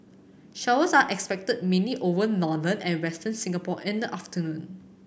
showers are expected mainly over northern and Western Singapore in the afternoon